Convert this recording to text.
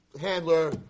handler